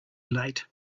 late